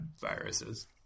viruses